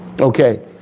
Okay